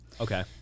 okay